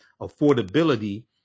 affordability